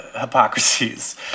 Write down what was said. hypocrisies